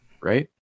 Right